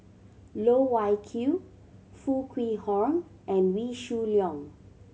Loh Wai Kiew Foo Kwee Horng and Wee Shoo Leong